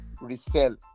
resell